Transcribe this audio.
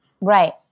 Right